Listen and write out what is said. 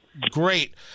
great